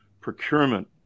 procurement